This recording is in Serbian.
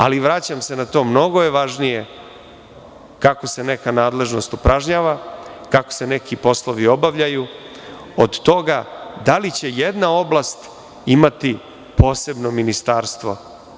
Ali, vraćam se na to, mnogo je važnije kako se neka nadležnost upražnjava, kako se neki poslovi obavljaju od toga da li će jedna oblast imati posebno ministarstvo.